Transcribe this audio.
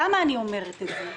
למה אני אומרת את זה?